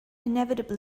inevitably